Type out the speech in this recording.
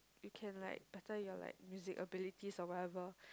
you can like better your like music abilities or whatever